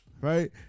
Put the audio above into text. right